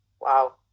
wow